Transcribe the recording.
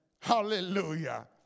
Hallelujah